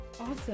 awesome